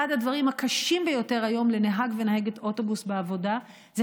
אחד הדברים הקשים ביותר לנהג ונהגת אוטובוס בעבודה זה